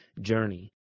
journey